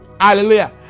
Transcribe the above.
hallelujah